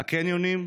הקניונים,